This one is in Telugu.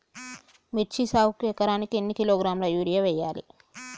మిర్చి సాగుకు ఎకరానికి ఎన్ని కిలోగ్రాముల యూరియా వేయాలి?